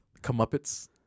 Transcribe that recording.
Comeuppets